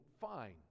fine